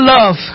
love